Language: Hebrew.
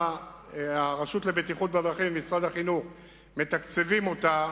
והרשות לבטיחות בדרכים ומשרד החינוך מתקצבים אותה